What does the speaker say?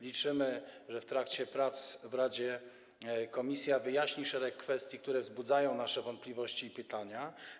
Liczymy, że w trakcie prac w Radzie Komisja wyjaśni szereg kwestii, które wzbudzają nasze wątpliwości i pytania.